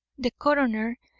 the coroner,